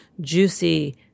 juicy